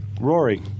Rory